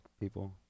people